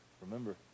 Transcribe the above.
remember